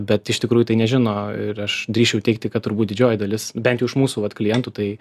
bet iš tikrųjų tai nežino ir aš drįsčiau teigti kad turbūt didžioji dalis bent jau iš mūsų vat klientų tai